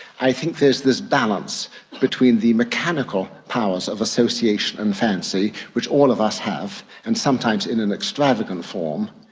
i think there's this balance between the mechanical powers of association and fancy, which all of us have, and sometimes in an extravagant form,